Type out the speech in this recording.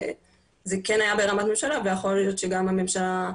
וזה כן היה ברמת ממשלה ויכול להיות שגם הממשלה,